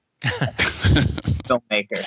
filmmaker